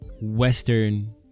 Western